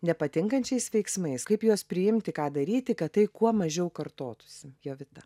nepatinkančiais veiksmais kaip juos priimti ką daryti kad tai kuo mažiau kartotųsi jovita